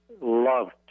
love